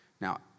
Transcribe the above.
Now